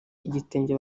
igitenge